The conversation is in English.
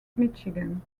michigan